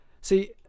See